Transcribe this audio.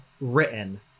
written